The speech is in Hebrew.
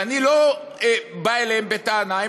ואני לא בא אליהם בטענה,